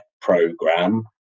program